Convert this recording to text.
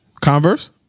Converse